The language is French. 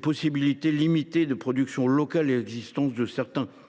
possibilités limitées de productions locales et existence de certains oligopoles